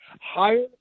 higher